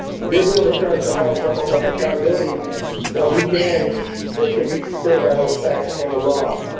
we're going to charge the highest level of accountability that we can that can be sustained by those facts and the law.